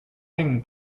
mengen